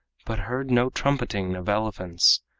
but heard no trumpeting of elephants,